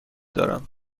دارم